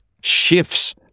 shifts